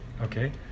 okay